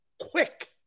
Quick